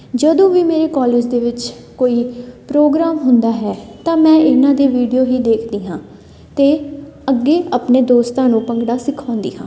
ਜਦੋਂ ਵੀ ਮੇਰੇ ਕੋਲਜ ਦੇ ਵਿੱਚ ਕੋਈ ਪ੍ਰੋਗਰਾਮ ਹੁੰਦਾ ਹੈ ਤਾਂ ਮੈਂ ਇਹਨਾਂ ਦੇ ਵੀਡੀਓ ਹੀ ਦੇਖਦੀ ਹਾਂ ਅਤੇ ਅੱਗੇ ਆਪਣੇ ਦੋਸਤਾਂ ਨੂੰ ਭੰਗੜਾ ਸਿਖਾਉਂਦੀ ਹਾਂ